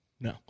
No